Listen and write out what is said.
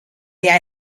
jij